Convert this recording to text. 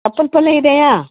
ಪಲ್ಲೆ ಇದೆಯಾ